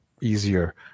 easier